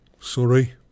Sorry